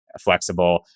Flexible